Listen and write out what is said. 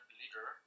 leader